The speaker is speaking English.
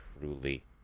truly